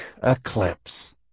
Eclipse